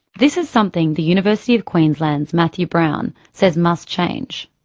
this is something the university of queensland's matthew brown says must change.